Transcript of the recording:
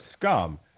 scum